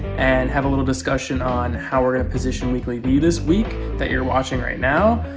and have a little discussion on how we're gonna position weeklyvee this week, that you're watching right now.